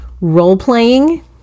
role-playing